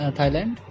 Thailand